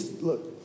Look